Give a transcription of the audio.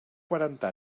quaranta